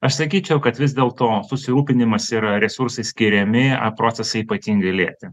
aš sakyčiau kad vis dėl to susirūpinimas yra resursai skiriami a procesai ypatingai lėti